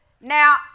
Now